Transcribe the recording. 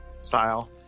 style